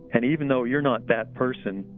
and even though you're not that person,